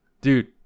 dude